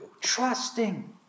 trusting